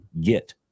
get